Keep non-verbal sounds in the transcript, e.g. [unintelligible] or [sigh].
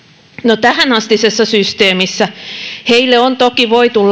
no tähänastisessa systeemissä heille on toki voitu [unintelligible]